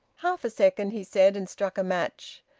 half a second, he said, and struck a match.